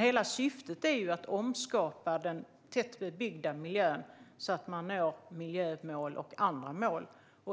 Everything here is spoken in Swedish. Hela syftet är att omskapa den tätt bebyggda miljön så att man når miljömål och andra mål.